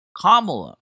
Kamala